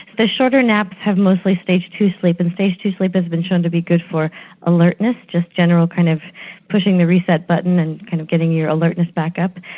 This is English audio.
the shorter naps have mostly stage two sleep and stage two sleep has been shown to be good for alertness, just a general kind of pushing the reset button and kind of getting your alertness back up.